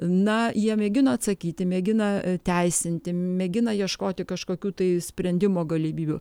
na jie mėgino atsakyti mėgina teisinti mėgina ieškoti kažkokių tai sprendimo galimybių